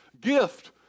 gift